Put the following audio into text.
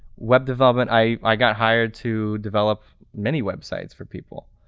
web development, i i got hired to develop many websites for people.